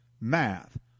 math